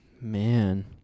Man